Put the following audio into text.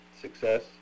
success